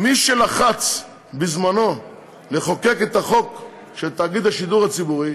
מי שלחץ בזמנו לחוקק את החוק של תאגיד השידור הציבורי